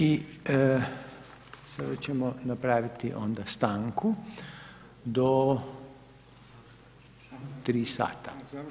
I sada ćemo napraviti onda stanku do tri sata.